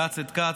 כץ את כץ.